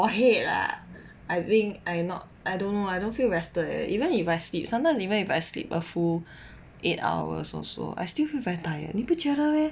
your head lah I think I not I don't know I don't feel rested eh even if I sleep sometimes even if I sleep a full eight hours also I still feel very tired 你不觉得 meh